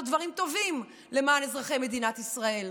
דברים טובים למען אזרחי מדינת ישראל,